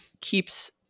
keeps